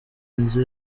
inzu